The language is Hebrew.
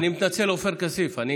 הדבר הזה צורם לי יום-יום, והוא